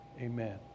Amen